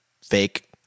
fake